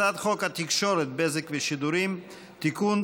הצעת חוק התקשורת (בזק ושידורים) (תיקון,